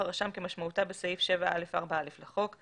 הרשם כמשמעותה בסעיף 7(א)(4)(א) לחוק,